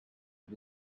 but